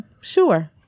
sure